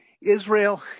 Israel